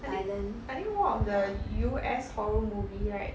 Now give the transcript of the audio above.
I think I think one of the U_S horror movie right